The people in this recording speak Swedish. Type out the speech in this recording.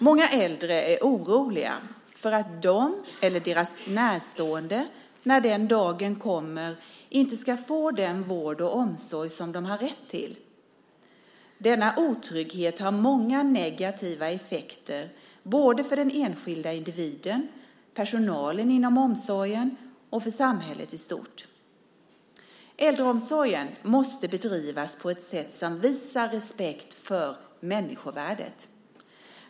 Många äldre är oroliga för att de eller deras närstående, när den dagen kommer, inte ska få den vård och omsorg som de har rätt till. Denna otrygghet har många negativa effekter både för den enskilda individen, personalen inom omsorgen och för samhället i stort. Äldreomsorgen måste bedrivas på ett sätt som visar respekt för människovärdet.